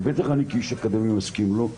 ובטח אני כאיש אקדמיה מסכים לו,